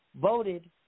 voted